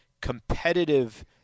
competitive